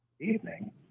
evening